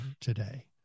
today